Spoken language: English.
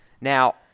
Now